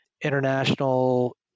international